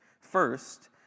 First